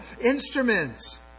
Instruments